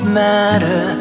matter